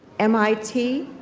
mit,